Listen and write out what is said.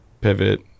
pivot